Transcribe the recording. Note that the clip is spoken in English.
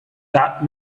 that